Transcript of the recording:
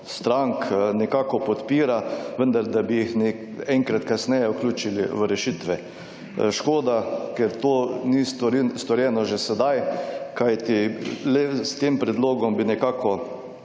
strank nekako podpira, vendar da bi jih enkrat kasneje vključili v rešitve. Škoda, ker to ni storjeno že sedaj, kajti le s tem predlogom bi nekako